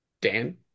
Dan